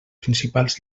principals